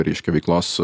reiškia veiklos